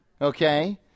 Okay